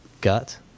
gut